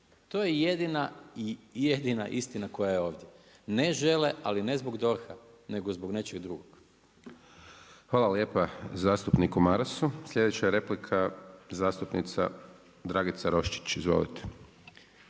To je jedina i jedina istina koja je ovdje. Ne žele, ali ne zbog DORH-a nego zbog nečeg drugog. **Hajdaš Dončić, Siniša (SDP)** Hvala lijepa zastupniku Marasu. Slijedeća replika zastupnica Dragica Roščić. Izvolite.